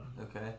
Okay